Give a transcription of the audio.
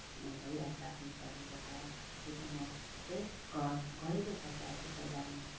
भइहाल्छ आफ्नो शरीरबाट त्यसरी नै म चाहिँ घर घरेलु उपचार चाहिँ पहिला म